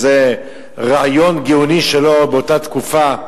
איזה רעיון גאוני שלו באותה תקופה.